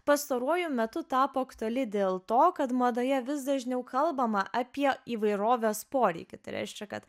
pastaruoju metu tapo aktuali dėl to kad madoje vis dažniau kalbama apie įvairovės poreikį tai reiškia kad